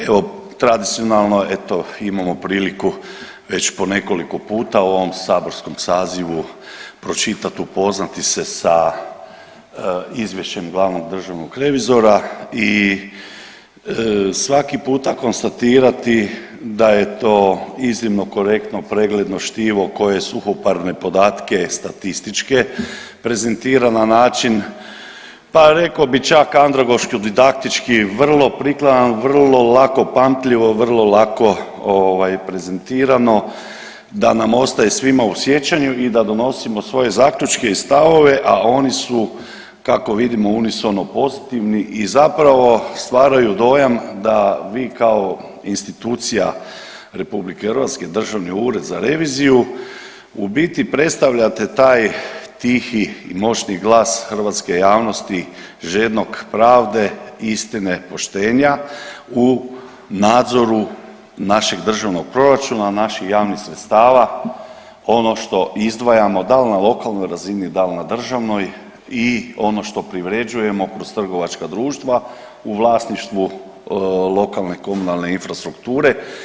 Evo tradicionalno eto imamo priliku već po nekoliko puta u ovom saborskom sazivu pročitat i upoznati se sa izvješćem glavnog državnog revizora i svaki puta konstatirati da je to iznimno korektno i pregledno štivo koje suhoparne podatke statističke prezentira na način, pa reko bi čak andragoški i didaktički vrlo prikladan, vrlo lako pamtljivo, vrlo lako ovaj prezentirano da nam ostaje svima u sjećanju i da donosimo svoje zaključke i stavove, a oni su kako vidimo oni su ono pozitivni i zapravo stvaraju dojam da vi kao institucija RH, državni ured za reviziju, u biti predstavljate taj tihi i moćni glas hrvatske javnosti žednog pravde, istine i poštenja u nadzoru našeg državnog proračuna i naših javnih sredstava ono što izdvajamo dal' na lokalnoj razini, dal' na državnoj i ono što privređujemo kroz trgovačka društva u vlasništvu lokalne komunalne infrastrukture.